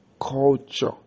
culture